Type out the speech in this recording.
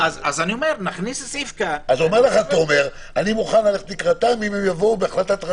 אז אומר לך תומר: אני מוכן ללכת לקראתם אם הם יבואו בהחלטת רשם.